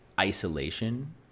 isolation